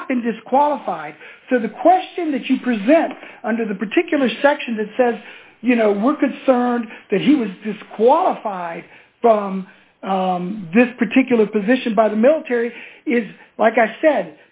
not been disqualified so the question that you present under the particular section that says you know we're concerned that he was disqualified from this particular position by the military is like i said